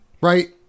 Right